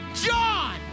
John